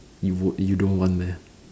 you would you don't want meh